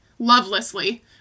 lovelessly